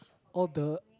all the